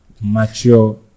mature